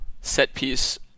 set-piece